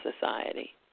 Society